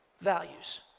values